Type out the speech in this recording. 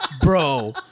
Bro